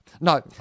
No